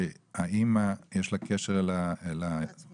שאצלם לאמא יש קשר לתינוק,